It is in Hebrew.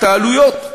את העלויות,